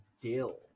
dill